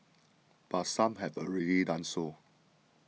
but some have already done so